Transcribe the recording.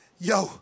Yo